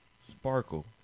Sparkle